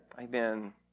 Amen